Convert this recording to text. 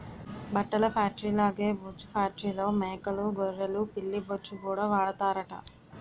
బట్టల ఫేట్రీల్లాగే బొచ్చు ఫేట్రీల్లో మేకలూ గొర్రెలు పిల్లి బొచ్చుకూడా వాడతారట